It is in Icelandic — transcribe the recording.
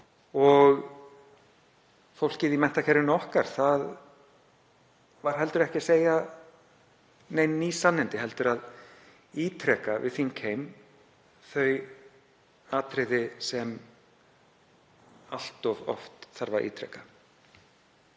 Fólkið í Menntakerfinu okkar var heldur ekki að segja nein ný sannindi heldur að ítreka við þingheim þau atriði sem allt of oft þarf að ítreka.